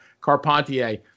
Carpentier